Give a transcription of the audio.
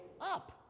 up